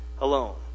alone